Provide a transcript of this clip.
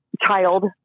child